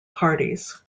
parties